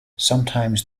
sometimes